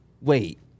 wait